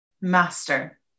Master